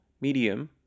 medium